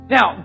Now